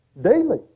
Daily